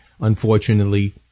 Unfortunately